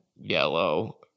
Yellow